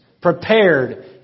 Prepared